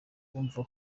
bumva